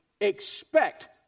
expect